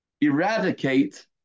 eradicate